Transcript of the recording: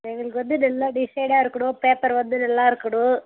எங்களுக்கு வந்து நல்ல டிசைனாக இருக்கணும் பேப்பர் வந்து நல்லாயிருக்கணும்